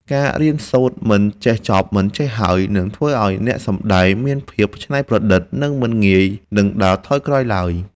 ការរៀនសូត្រមិនចេះចប់មិនចេះហើយនឹងធ្វើឱ្យអ្នកសម្តែងមានភាពច្នៃប្រឌិត និង មិនងាយនឹងដើរថយក្រោយឡើយ។